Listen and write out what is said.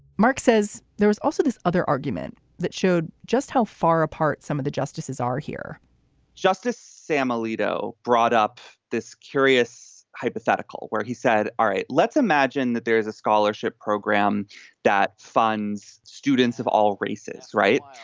mark says there's also this other argument that showed just how far apart some of the justices are here justice sam alito brought up this curious hypothetical where he said, all right, let's imagine that there is a scholarship program that funds students of all races. right.